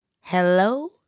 Hello